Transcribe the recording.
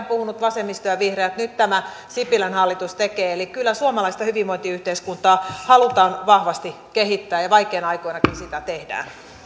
puhuneet vasemmisto ja vihreät nyt tämä sipilän hallitus tekee eli kyllä suomalaista hyvinvointiyhteiskuntaa halutaan vahvasti kehittää ja ja vaikeina aikoinakin sitä tehdään